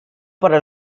para